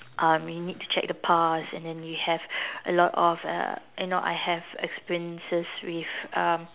um we need to check the pass and then we have a lot of uh you know I have experiences with um